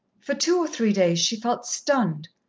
for two or three days she felt stunned,